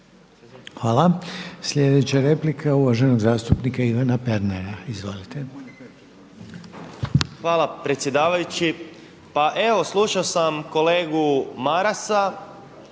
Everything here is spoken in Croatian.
Hvala. Slijedeća replika je uvaženog zastupnika Ivana Pernara. Izvolite. **Pernar, Ivan (Abeceda)** Hvala predsjedavajući. Pa evo slušao sam kolegu Marasa